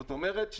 זאת אומרת,